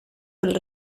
del